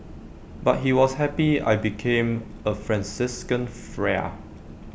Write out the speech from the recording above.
but he was happy I became A Franciscan Friar